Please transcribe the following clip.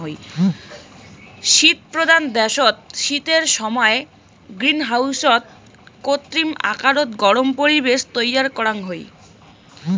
শীতপ্রধান দ্যাশত শীতের সমায় গ্রীনহাউসত কৃত্রিম আকারত গরম পরিবেশ তৈয়ার করাং হই